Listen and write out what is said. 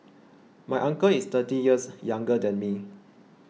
my uncle is thirty years younger than me